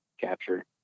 capture